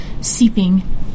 seeping